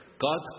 God's